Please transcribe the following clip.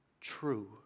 true